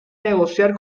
negociar